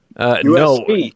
No